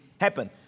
happen